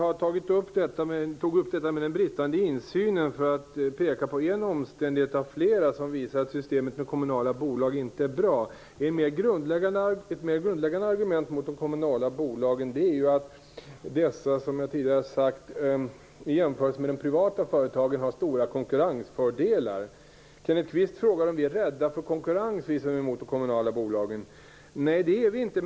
Fru talman! Jag tog upp den bristande insynen för att peka på en omständighet av flera som visar att systemet med kommunala bolag inte är bra. Ett mer grundläggande argument mot de kommunala bolagen är ju att dessa, som jag tidigare har sagt, i jämförelse med de privata företagen har stora konkurrensfördelar. Kenneth Kvist frågade om vi som är emot de kommunala bolagen är rädda för konkurrens. Nej, det är vi inte.